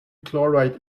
chloride